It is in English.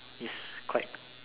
it's quite